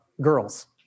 girls